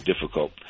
difficult